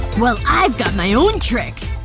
well i've got my own tricks!